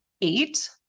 eight